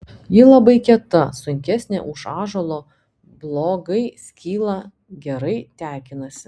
ji labai kieta sunkesnė už ąžuolo blogai skyla gerai tekinasi